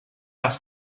las